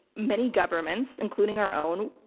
many governments, including our own,